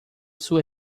sua